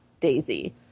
Daisy